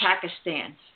Pakistan